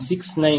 539 0